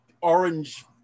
orange